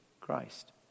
Christ